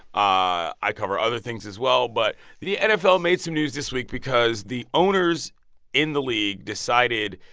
ah i cover other things, as well, but the nfl made some news this week because the owners in the league decided,